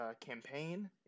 campaign